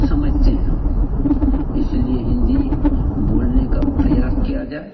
समझते हैं इसलिए हिन्दी बोलने का प्रयास किया जाए